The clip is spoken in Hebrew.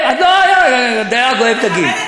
אני אוהבת את החרדים.